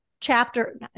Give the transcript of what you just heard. chapter